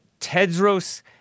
Tedros